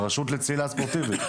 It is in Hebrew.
הרשות לצלילה ספורטיבית.